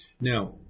Now